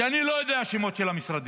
כי אני לא יודע את השמות של המשרדים,